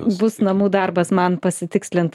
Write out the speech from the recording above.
bus namų darbas man pasitikslint